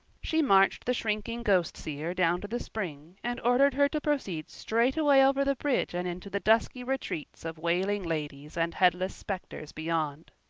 she marched the shrinking ghost-seer down to the spring and ordered her to proceed straightaway over the bridge and into the dusky retreats of wailing ladies and headless specters beyond.